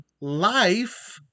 life